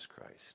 Christ